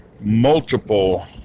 multiple